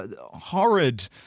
horrid